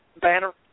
banner